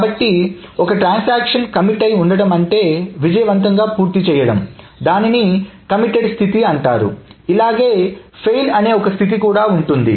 కాబట్టి ఒక transaction commit అయి ఉండడం అంటే విజయవంతంగా పూర్తి చేయడం దానిని కమిటెడ్ స్థితి అంటారు ఇలాగే ఫెయిల్ అనే ఒక స్థితి కూడా ఉంటుంది